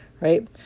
right